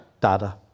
data